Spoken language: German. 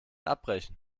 abbrechen